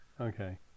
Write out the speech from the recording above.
Okay